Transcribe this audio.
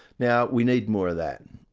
now we need more of that.